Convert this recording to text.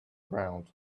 ground